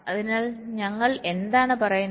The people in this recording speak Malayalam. അതിനാൽ ഞങ്ങൾ എന്താണ് പറയുന്നത്